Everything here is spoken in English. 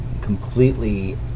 completely